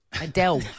Adele